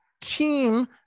team